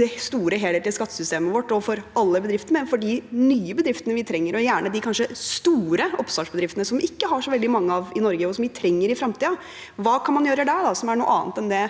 det store, helhetlige skattesystemet vårt overfor alle bedriftene, men for de nye bedriftene som vi trenger, og kanskje de store oppstartsbedriftene, som vi ikke har så veldig mange av i Norge, og som vi trenger i fremtiden. Hva kan man gjøre der som er noe annet enn det